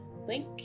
link